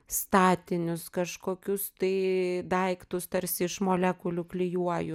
statinius kažkokius tai daiktus tarsi iš molekulių klijuoju